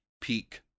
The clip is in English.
peak